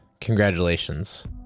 congratulations